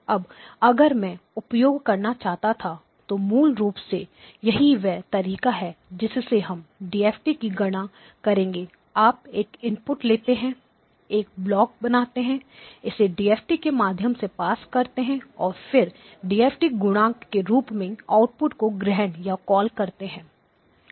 अब अगर मैं उपयोग करना चाहता था तो मूल रूप से यही वह तरीका है जिससे हम डीएफटी की गणना करेंगे आप एक इनपुट लेते हैं एक ब्लॉक बनाते हैं इसे डीएफटी के माध्यम से पास करते हैं और फिर डीएफटी गुणांक के रूप में आउटपुट को ग्रहण या कॉल करते हैं